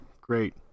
great